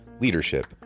leadership